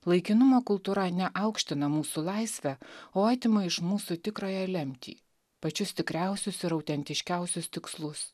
laikinumo kultūra ne aukština mūsų laisvę o atima iš mūsų tikrąją lemtį pačius tikriausius ir autentiškiausius tikslus